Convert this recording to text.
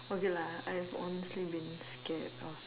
okay lah I have honestly been scared of